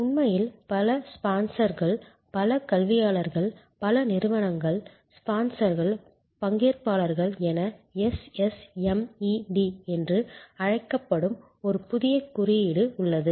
உண்மையில் பல ஸ்பான்சர்கள் பல கல்வியாளர்கள் பல நிறுவனங்கள் ஸ்பான்சர்கள் பங்கேற்பாளர்கள் என SSMED என்று அழைக்கப்படும் ஒரு புதிய குறியீடு உள்ளது